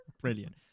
Brilliant